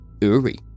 Uri